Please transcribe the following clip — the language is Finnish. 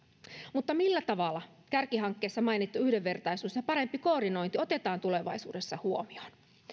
mutta millä tavalla kärkihankkeessa mainittu yhdenvertaisuus ja parempi koordinointi otetaan tulevaisuudessa huomioon